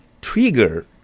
trigger